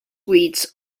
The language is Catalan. cuits